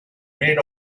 made